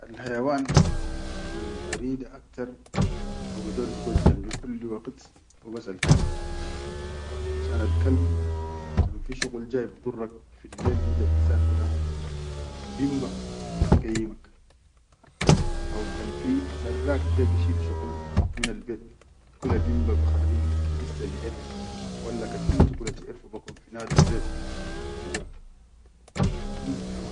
Alhayawan al barida aktar wa bador igot janbi kulla waqit hubas alkalb, shan al kalb kan fi shuqul bidurrak fillel inta nisan kula binbah bigayyimak, haw kan fi sarrak ja bishil shuqul fil bet kul binbah bikharri bidissa biʼerrid walla kan intu kula tiʼarfo bi kon fi na dun deif ja.